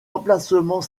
emplacement